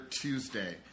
Tuesday